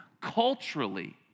culturally